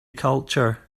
culture